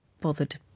bothered